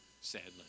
sadly